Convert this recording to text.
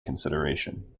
consideration